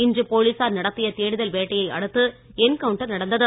இன்று போலீசார் நடத்திய தேடுதல் வேட்டையை அடுத்து என்கவுன்டர் நடந்தது